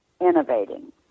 innovating